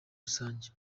rusange